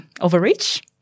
overreach